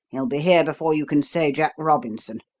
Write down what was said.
he'll be here before you can say jack robinson!